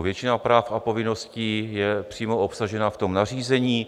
Většina práv a povinností je přímo obsažena v tom nařízení.